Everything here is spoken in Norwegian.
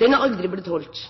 Den er aldri blitt holdt,